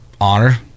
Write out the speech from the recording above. honor